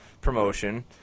promotion